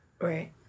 right